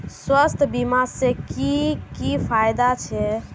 स्वास्थ्य बीमा से की की फायदा छे?